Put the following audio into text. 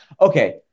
okay